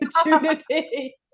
opportunity